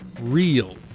real